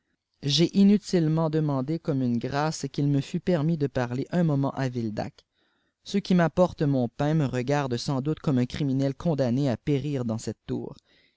j'ai inutilement demandé comme une grâce qu'il me fût permis de parler un moment à vildac ceux qui m'apportent mon pain me regardent sans doute comme un criminel condamné à périr dans cette tour